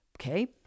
Okay